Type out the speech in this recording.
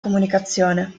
comunicazione